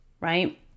right